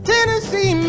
Tennessee